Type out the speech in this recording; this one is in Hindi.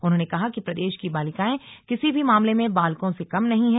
उन्होंने कहा कि प्रदेश की बालिकाएं किसी भी मामले में बालकों से कम नहीं हैं